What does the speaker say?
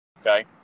Okay